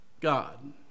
God